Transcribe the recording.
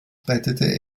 arbeitete